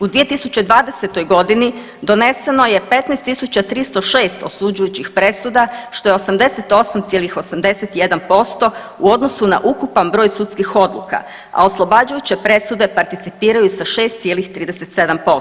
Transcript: U 2020. g. doneseno je 15 306 osuđujućih presuda, što je 88,81% u odnosu na ukupan broj sudskih odluka, a oslobađajuće presude participiraju sa 6,37%